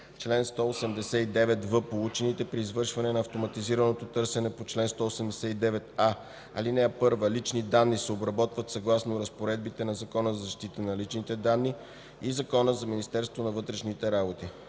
Чл. 189в. Получените при извършване на автоматизираното търсене по чл. 189а, ал. 1 лични данни се обработват съгласно разпоредбите на Закона за защита на личните данни и Закона за Министерството на вътрешните работи.